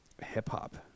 hip-hop